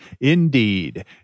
Indeed